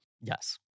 Yes